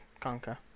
Conquer